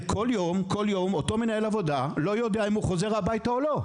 כול יום אותו מנהל עבודה לא יודע אם הוא חוזר הביתה או לא.